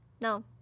No